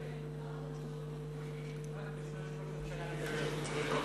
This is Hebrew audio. רק בזמן שראש הממשלה מדבר, הנה,